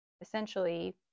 essentially